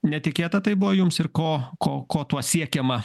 netikėta tai buvo jums ir ko ko ko tuo siekiama